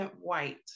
white